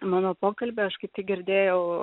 mano pokalbį aš kaip tik girdėjau